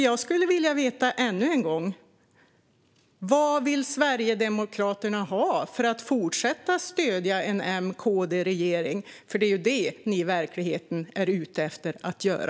Jag vill dock än en gång fråga vad Sverigedemokraterna vill ha för att fortsätta att stödja en M och KD-regering. Det är ju en sådan de i verkligheten är ute efter.